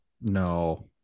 No